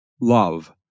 Love